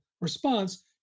response